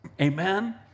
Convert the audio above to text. Amen